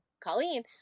Colleen